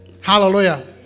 Hallelujah